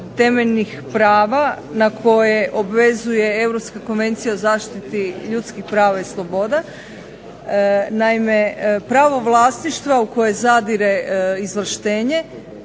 temeljnih prava na koje obvezuje Europska konvencija o zaštiti ljudskih prava i sloboda. Naime, pravo vlasništva u koje zadire izvlaštenje